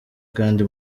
kandi